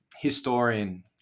historian